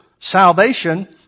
salvation